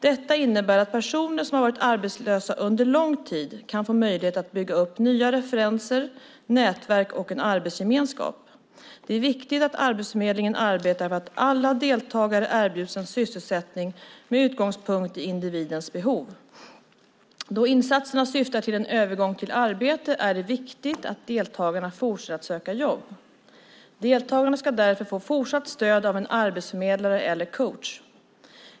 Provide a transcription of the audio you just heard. Detta innebär att personer som varit arbetslösa under lång tid kan få möjlighet att bygga upp nya referenser, nätverk och en arbetsgemenskap. Det är viktigt att Arbetsförmedlingen arbetar för att alla deltagare erbjuds en sysselsättning med utgångspunkt i individens behov. Då insatserna syftar till en övergång till arbete är det viktigt att deltagarna fortsätter att söka jobb. Deltagarna ska därför få fortsatt stöd av en arbetsförmedlare eller coach.